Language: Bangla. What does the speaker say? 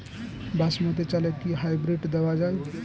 বাসমতী চালে কি হাইব্রিড দেওয়া য়ায়?